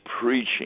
preaching